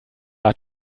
hat